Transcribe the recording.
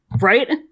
right